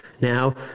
Now